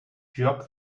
jerk